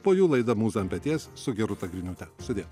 po jų laida mūza ant peties su gerūta griniūte sudie